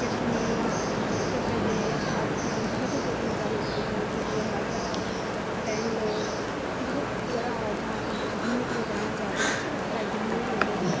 کشمیر اتر پردیش جھارکھنڈ یہ سب جگہ ہم جانا چاہتے ہیں گھومنے کے لیے حیدرآباد بینگلور بہت جگہ ہے جہاں گھومنے کے لیے جانا چاہتے ہیں اچھا لگتا ہے گھومنے میں بھی